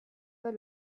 pas